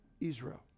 Israel